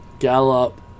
Gallop